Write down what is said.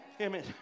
Amen